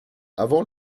avant